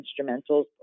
instrumentals